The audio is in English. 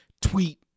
tweet